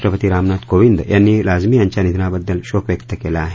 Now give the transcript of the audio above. राष्ट्रपती रामनाथ कोविंद यांनी लाजमी यांच्या निधनाबद्दल शोक व्यक्त केला आहे